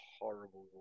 horrible